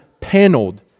paneled